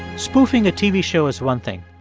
spoofing a tv show is one thing,